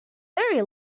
very